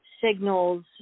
signals